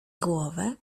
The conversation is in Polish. głowę